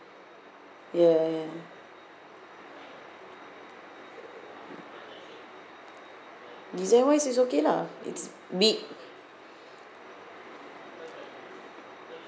ya ya design wise is okay lah it's big